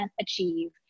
achieve